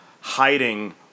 hiding